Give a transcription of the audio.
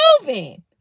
moving